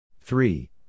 Three